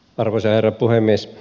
arvoisa herra puhemies